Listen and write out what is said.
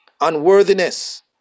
unworthiness